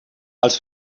els